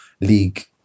League